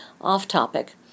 off-topic